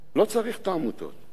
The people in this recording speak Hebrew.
לא צריך את העמותות.